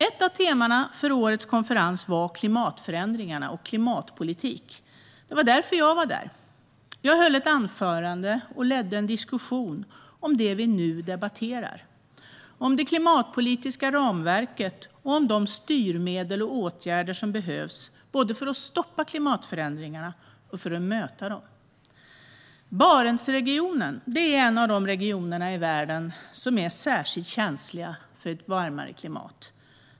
Ett av temana för årets konferens var klimatförändringarna och klimatpolitik. Det var därför jag var där. Jag höll ett anförande och ledde en diskussion om det vi nu debatterar: det klimatpolitiska ramverket och de styrmedel och åtgärder som behövs både för att stoppa klimatförändringarna och för att möta dem. Barentsregionen är en av de regioner i världen som är särskilt känsliga för ett varmare klimat.